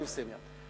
אני מסיים מייד,